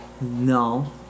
No